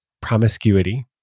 promiscuity